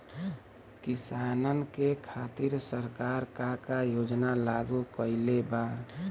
किसानन के खातिर सरकार का का योजना लागू कईले बा?